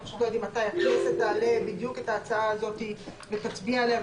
אנחנו לא יודעים מתי הכנסת תעלה את ההצעה הזאת ותצביע עליה.